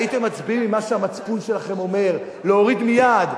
הייתם מצביעים עם מה שהמצפון שלכם אומר: להוריד מייד,